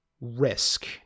risk